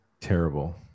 terrible